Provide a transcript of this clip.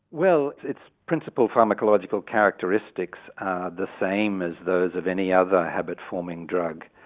well its principle pharmacological characteristics are the same as those of any other habit forming drug.